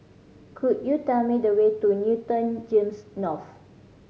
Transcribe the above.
could you tell me the way to Newton GEMS North